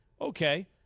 Okay